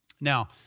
Now